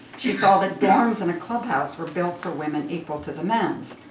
she saw that dorms and a clubhouse were built for women equal to the men's.